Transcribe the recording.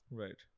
right